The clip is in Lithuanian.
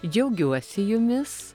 džiaugiuosi jumis